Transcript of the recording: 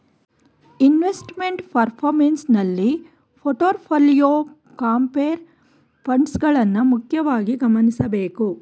investment performance ನಲ್ಲಿ portfolio, compare funds ಗಳನ್ನ ಮುಖ್ಯವಾಗಿ ಗಮನಿಸಬೇಕು